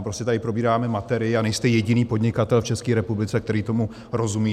Prostě tady probíráme materii a nejste jediný podnikatel v České republice, který tomu rozumí.